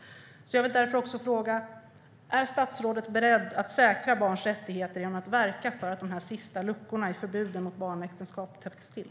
Jag vill därför också fråga: Är statsrådet beredd att säkra barns rättigheter genom att verka för att de sista luckorna i förbudet mot barnäktenskap täpps till?